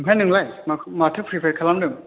आमफ्राय नोंलाय माथो प्रिपेर खालामदों